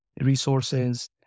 resources